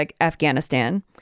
Afghanistan